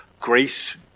grace